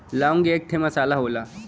लौंग एक ठे मसाला होला